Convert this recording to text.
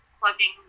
plugging